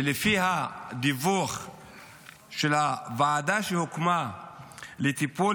ולפי הדיווח של הוועדה שהוקמה לטיפול